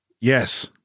Yes